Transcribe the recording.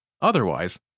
Otherwise